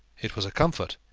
it was a comfort,